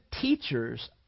teachers